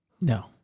No